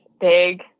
big